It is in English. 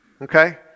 Okay